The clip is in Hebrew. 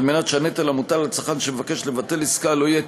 על מנת שהנטל המוטל על צרכן שמבקש לבטל עסקה לא יהיה